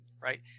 right